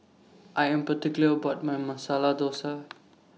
I Am particular about My Masala Thosai